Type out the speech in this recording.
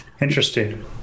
interesting